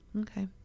Okay